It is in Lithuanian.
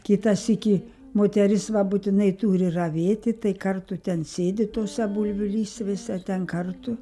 kitą sykį moteris va būtinai turi ravėti tai kartu ten sėdi tose bulvių lysvėse ten kartu